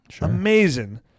Amazing